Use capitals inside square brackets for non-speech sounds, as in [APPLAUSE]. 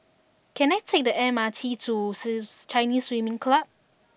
can I take the M R T to [HESITATION] Chinese Swimming Club